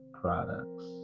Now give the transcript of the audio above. products